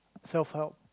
self help